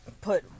put